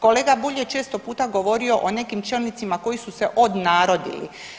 Kolega Bulj je često puta govorio o nekim čelnicima koji su se odnarodili.